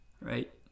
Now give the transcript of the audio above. right